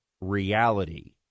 reality